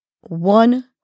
one